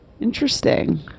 Interesting